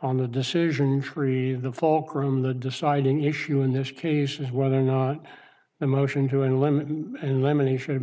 on the decision tree the fulcrum the deciding issue in this case is whether or not the motion to and women and women he should have